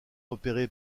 repéré